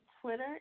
Twitter